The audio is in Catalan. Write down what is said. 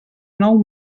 nou